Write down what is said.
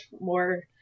more